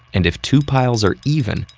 and if two piles are even,